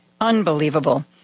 Unbelievable